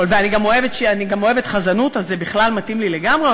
ואני גם אוהבת חזנות, אז זה בכלל מתאים לי לגמרי.